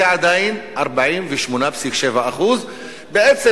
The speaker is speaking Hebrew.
זה עדיין 48.7%. בעצם,